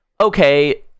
okay